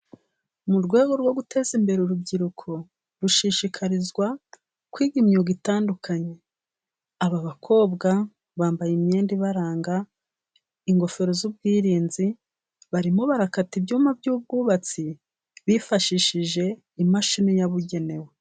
Mu rwego rwo guteza imbere urubyiruko, rushishikarizwa kwiga imyuga itandukanye. Aba bakobwa bambaye imyenda ibaranga, ingofero z'ubwirinzi ,barimo barakata ibyuma by'ubwubatsi, bifashishije imashini yabugenewe.